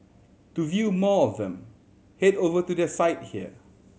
to view more of them head over to their site here